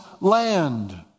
land